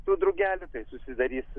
tų drugelių tai susidarys